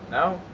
no?